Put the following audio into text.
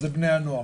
זה בני הנוער,